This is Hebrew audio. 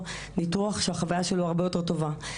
תציעו לכולם,